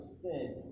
sin